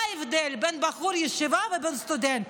מה ההבדל בין בחור ישיבה לבין סטודנט?